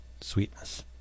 Sweetness